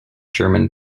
german